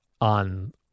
on